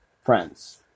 friends